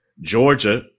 Georgia